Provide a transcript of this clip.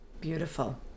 Beautiful